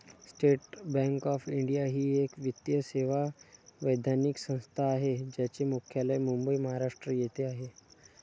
state Bank of India ही एक वित्तीय सेवा वैधानिक संस्था आहे ज्याचे मुख्यालय मुंबई, महाराष्ट्र येथे आहे